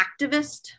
activist